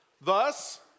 Thus